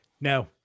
No